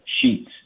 sheets